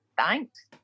thanks